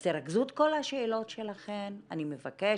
אז תרכזו את כל השאלות שלכן, אני מבקשת,